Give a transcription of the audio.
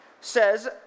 says